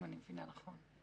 אם אני מבינה נכון.